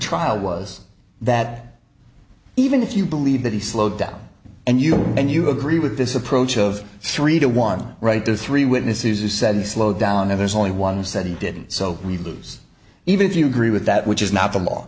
trial was that even if you believe that he slowed down and you and you agree with this approach of three to one right there are three witnesses who said slow down there's only one who said he didn't so we lose even if you agree with that which is not the law